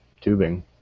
tubing